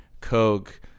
Coke